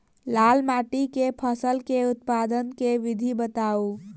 लाल माटि मे फसल केँ उत्पादन केँ विधि बताऊ?